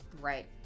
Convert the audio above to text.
Right